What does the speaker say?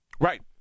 Right